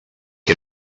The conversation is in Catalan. que